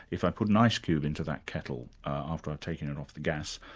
if i put an ice cube into that kettle after i've taken it off the gas,